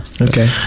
Okay